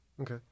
Okay